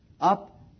up